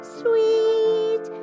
sweet